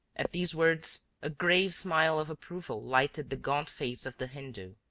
at these words a grave smile of approval lighted the gaunt face of the hindoo.